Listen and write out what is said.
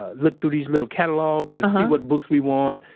ah look through these little catalogs and see what books we want,